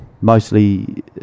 mostly